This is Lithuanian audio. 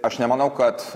aš nemanau kad